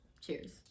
Cheers